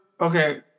Okay